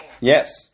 Yes